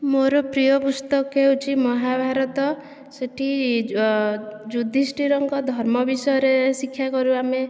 ମୋର ପ୍ରିୟ ପୁସ୍ତକ ହେଉଛି ମହାଭାରତ ସେଠି ଯୁଧିଷ୍ଠିରଙ୍କ ଧର୍ମ ବିଷୟରେ ଶିକ୍ଷା କରୁ ଆମେ